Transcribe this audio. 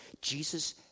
Jesus